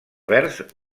verds